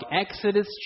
Exodus